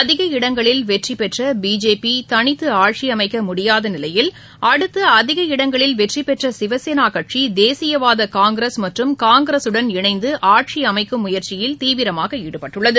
அதிக இடங்களில் வெற்றி பெற்ற பிஜேபி தனித்து ஆட்சி அமைக்க முடியாத நிலையில் அடுத்து அதிக இடங்களில் வெற்றி பெற்ற சிவசேனா கட்சி தேசியவாத காங்கிரஸ் மற்றும் காங்கிரஸுடன் இணைந்து ஆட்சி அமைக்கும் முயற்சியில் தீவிரமாக ஈடுபட்டுள்ளது